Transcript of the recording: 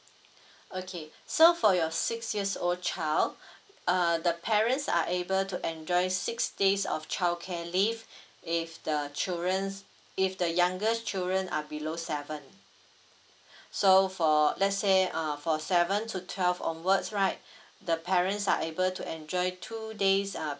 okay so for your six years old child err the parents are able to enjoy six days of childcare leave if the children if the younger children are below seven so for let's say err for seven to twelve onwards right the parents are able to enjoy two days err